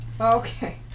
Okay